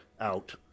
out